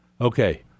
Okay